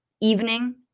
evening